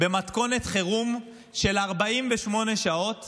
במתכונת חירום של 48 שעות